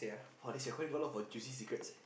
!wah! this recording got a lot of our juicy secrets eh